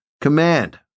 command